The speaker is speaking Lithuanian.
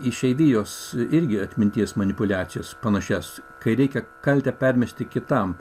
išeivijos irgi atminties manipuliacijas panašias kai reikia kaltę permesti kitam